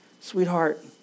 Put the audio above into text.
sweetheart